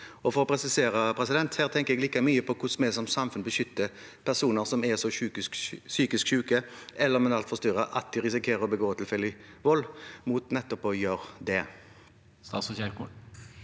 For å presisere: Her tenker jeg like mye på hvordan vi som samfunn beskytter personer som er så psykisk syke eller mentalt forstyrret at de risikerer å begå tilfeldig vold, mot å gjøre nettopp det.